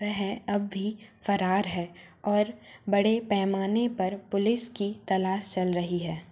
वह अब भी फ़रार है और बड़े पैमाने पर पुलिस की तलाश चल रही है